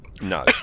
No